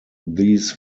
these